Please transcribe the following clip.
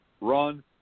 Run